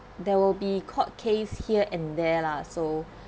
there will be court case here and there lah so